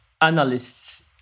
analysts